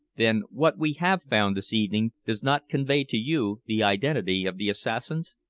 then what we have found this evening does not convey to you the identity of the assassins?